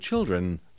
Children